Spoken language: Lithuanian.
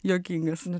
juokingas nu